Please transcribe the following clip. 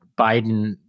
Biden